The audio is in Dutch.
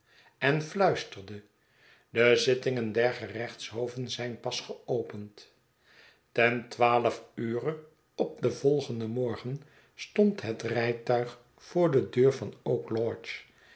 en fluisterde de zittingen der gerechtshoven zijn pas geopend ten twaalf ure op den volgenden morgen stond het rijtuig voor de deur van oak lodge